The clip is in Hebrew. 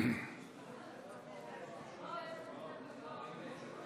הסתייגות 46 לא נתקבלה.